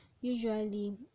usually